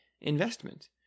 investment